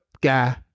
guy